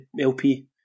LP